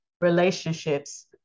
relationships